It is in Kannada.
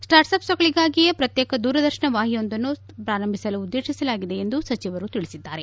ಸ್ಟಾರ್ಟ್ ಅಪ್ನ್ಗಳಿಗಾಗಿಯೇ ಪ್ರಕ್ಶೇಕ ದೂರದರ್ಶನ ವಾಹಿನಿಯೊಂದನ್ನು ಪ್ರಾರಂಭಿಸಲು ಉದ್ದೇಶಿಸಲಾಗಿದೆ ಎಂದು ಸಚಿವರು ತಿಳಿಸಿದ್ದಾರೆ